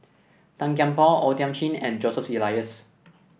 Tan Kian Por O Thiam Chin and Joseph Elias